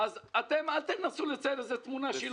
אל תנסו לצייר תמונה לא נכונה.